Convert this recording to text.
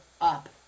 up